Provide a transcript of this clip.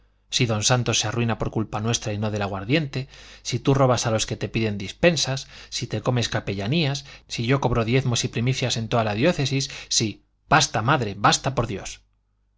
si don santos se arruina por culpa nuestra y no del aguardiente si tú robas a los que piden dispensas si te comes capellanías si yo cobro diezmos y primicias en toda la diócesis si basta madre basta por dios